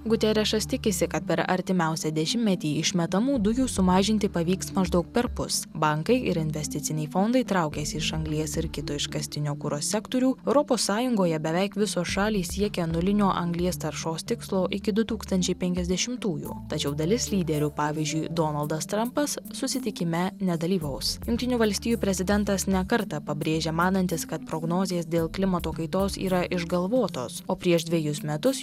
guterišas tikisi kad per artimiausią dešimtmetį išmetamų dujų sumažinti pavyks maždaug perpus bankai ir investiciniai fondai traukiasi iš anglies ir kito iškastinio kuro sektorių europos sąjungoje beveik visos šalys siekia nulinio anglies taršos tikslo iki du tūkstančiai penkiasdešimtųjų tačiau dalis lyderių pavyzdžiui donaldas trampas susitikime nedalyvaus jungtinių valstijų prezidentas ne kartą pabrėžė manantis kad prognozės dėl klimato kaitos yra išgalvotos o prieš dvejus metus